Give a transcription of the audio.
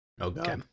Okay